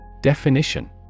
Definition